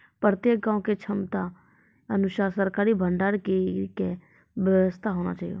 प्रत्येक गाँव के क्षमता अनुसार सरकारी भंडार गृह के व्यवस्था होना चाहिए?